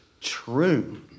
true